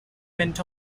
went